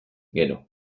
gero